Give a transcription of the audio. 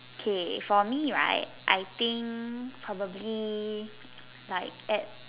K for me right I think probably like at